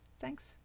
Thanks